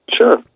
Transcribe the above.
Sure